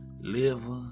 liver